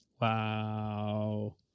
Wow